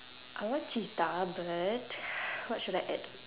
I want cheetah but what should I add